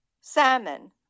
salmon